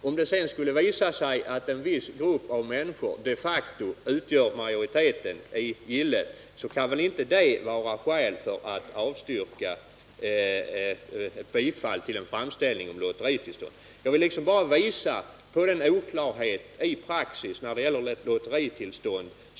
Om det skulle visa sig att en viss grupp människor de facto utgör majoriteten i gillet, kan inte det vara skäl för att avstyrka ett bifall till en framställning om lotteritillstånd. Jag ville med detta bara visa på den oklarhet i praxis som finns när det gäller lotteritillstånd.